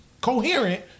coherent